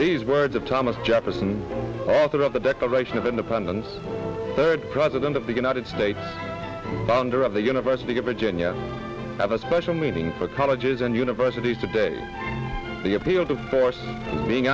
these words of thomas jefferson the author of the declaration of independence third president of the united states founder of the university of virginia have a special meeting for colleges and universities today the appeal to force